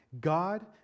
God